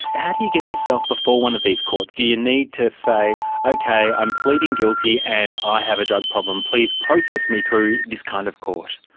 how do you get yourself before one of these courts do you need to say ok, i'm pleading guilty and i have a drug problem please process me through this kind of court.